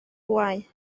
bwâu